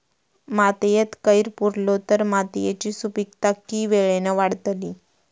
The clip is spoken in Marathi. मातयेत कैर पुरलो तर मातयेची सुपीकता की वेळेन वाडतली?